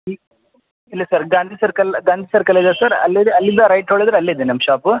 ಈಗ ಇಲ್ಲ sir Gandhi circle Gandhi circle ಇದೆ ಸರ್ ಅಲ್ಲಿಗೆ ಅಲ್ಲಿಂದ ರೈಟ್ ಹೊಡೆದರೆ ಅಲ್ಲಿದೆ ನಮ್ಮ ಶಾಪು